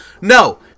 No